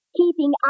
keeping